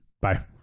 bye